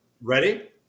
Ready